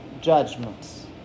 judgments